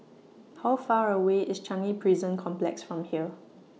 How Far away IS Changi Prison Complex from here